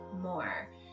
more